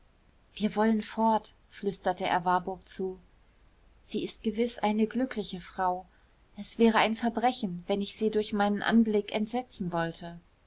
wir wollen fort flüsterte er warburg zu sie ist gewiß eine glückliche frau es wäre ein verbrechen wenn ich sie durch meinen anblick entsetzen wollte